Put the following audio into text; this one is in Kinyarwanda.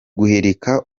guhirika